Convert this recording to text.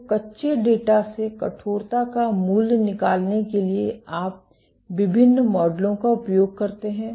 तो कच्चे डेटा से कठोरता का मूल्य निकालने के लिए आप विभिन्न मॉडलों का उपयोग करते हैं